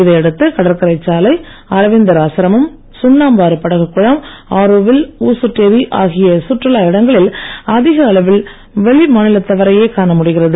இதை அடுத்து கடற்கரை சாலை அரவிந்தர் ஆசிரமம் சுண்ணாம்பாறு படகு குழாம் ஆரோவில் ஊசுட்டேரி ஆகிய சுற்றுலா இடங்களில் அதிக அளவில் வெளி மாநிலத்தவரை காண முடிகிறது